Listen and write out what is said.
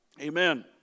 Amen